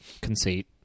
Conceit